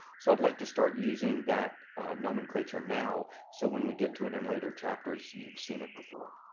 so i'd like to start using that nomenclature now, so when we get to it in later chapters you've seen it before.